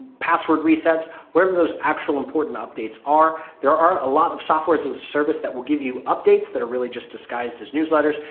password resets, whatever those actual important updates are. there are a lot of softwares as a service that will give you updates that are really just disguised as newsletters.